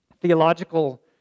theological